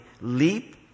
leap